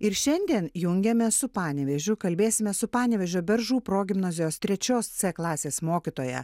ir šiandien jungiamės su panevėžiu kalbėsime su panevėžio beržų progimnazijos trečios c klasės mokytoja